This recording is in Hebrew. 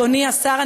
אדוני השר,